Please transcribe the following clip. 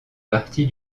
partie